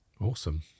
Awesome